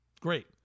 Great